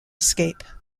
escape